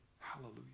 Hallelujah